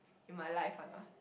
in my life [one] ah